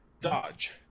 Dodge